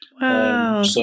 Wow